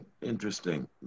Interesting